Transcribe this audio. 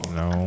no